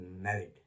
married